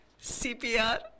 CPR